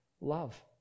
love